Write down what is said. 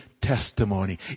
testimony